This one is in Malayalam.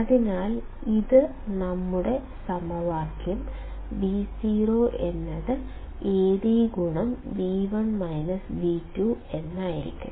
അതിനാൽ ഇത് നമ്മളുടെ Vo Ad എന്ന് നൽകും